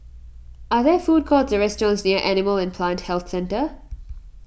are there food courts or restaurants near Animal and Plant Health Centre